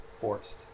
forced